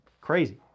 Crazy